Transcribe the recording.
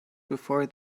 before